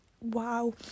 Wow